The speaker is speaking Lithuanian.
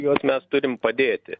juos mes turim padėti